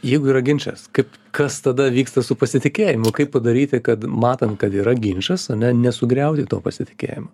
jeigu yra ginčas kaip kas tada vyksta su pasitikėjimu kaip padaryti kad matom kad yra ginčas ane nesugriauti to pasitikėjimo